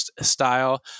style